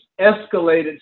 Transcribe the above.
escalated